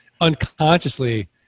unconsciously